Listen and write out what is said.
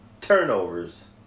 turnovers